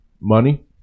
money